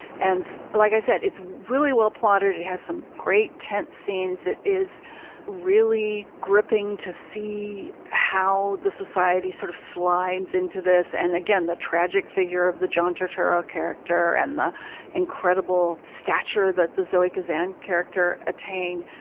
and like i said, it's really well plotted. it has some great tense scenes. it is really gripping to see how the society sort of slides into this. and again, the tragic figure of the john turturro character and the incredible stature that the zoe kazan character attained.